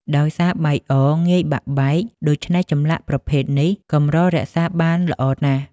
ដោយសារបាយអរងាយបាក់បែក ដូច្នេះចម្លាក់ប្រភេទនេះកម្ររក្សាបានល្អណាស់។